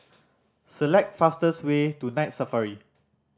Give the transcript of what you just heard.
select fastest way to Night Safari